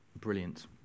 brilliant